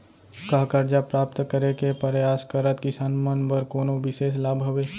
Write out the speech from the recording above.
का करजा प्राप्त करे के परयास करत किसान मन बर कोनो बिशेष लाभ हवे?